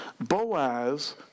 Boaz